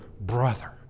brother